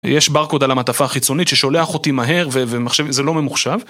יש ברקוד על המעטפה החיצונית ששולח אותי מהר וזה לא ממוחשב